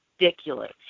ridiculous